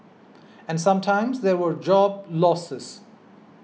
and sometimes there were job losses